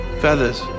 Feathers